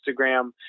Instagram